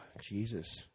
Jesus